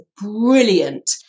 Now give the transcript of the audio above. brilliant